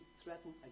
threaten